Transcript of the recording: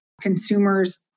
consumers